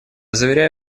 заверяю